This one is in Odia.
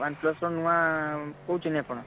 ୱାନ୍ପ୍ଲସ୍ର ନୂଆଁ କହୁଛନ୍ତି ଆପଣ